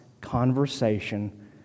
conversation